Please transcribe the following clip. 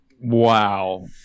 Wow